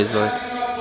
Izvolite.